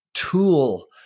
Tool